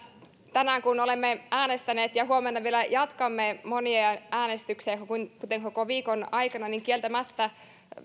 tänään kun olemme äänestäneet ja huomenna vielä jatkamme monia äänestyksiä kuten kuten koko viikon aikana kieltämättä